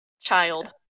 child